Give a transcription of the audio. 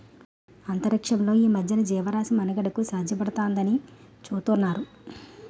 అంతరిక్షంలో ఈ మధ్యన జీవరాశి మనుగడకు సాధ్యపడుతుందాని చూతున్నారు